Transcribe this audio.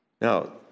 Now